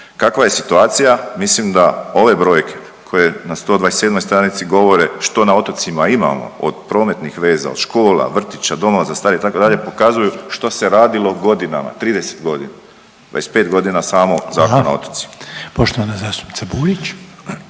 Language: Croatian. Kakva je situacija mislim da ove brojke koje na 127 stranici govore što na otocima imamo od prometnih veza, od škola, vrtića, domova za starije itd. pokazuju što se radilo godinama 30 godina, 25 godina samog Zakona o otocima.